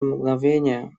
мгновение